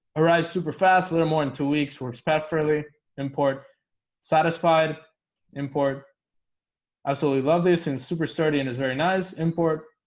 arrived super fast little more in two weeks works pat fairly import satisfied import absolutely. love this in super sturdy and is very nice import